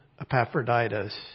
Epaphroditus